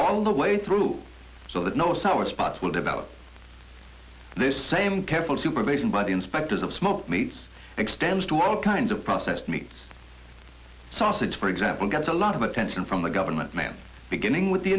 all the way through so that no sour spots will develop those same careful supervision by the inspectors of smoked meats extends to all kinds of processed meats sausage for example gets a lot of attention from the government man beginning with the